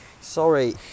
Sorry